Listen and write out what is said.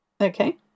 Okay